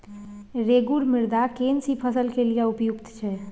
रेगुर मृदा केना सी फसल के लिये उपयुक्त छै?